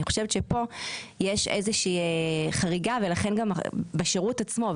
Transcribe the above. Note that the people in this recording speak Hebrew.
אני חושבת שפה יש איזושהי חריגה, בשירות עצמו.